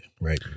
right